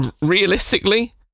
realistically